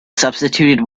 substituted